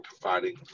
providing